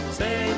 say